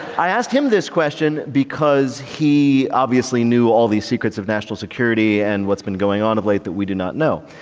i asked him this question because he obviously knew all these secrets of national security and what's been going on of late that we do not know.